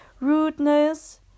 rudeness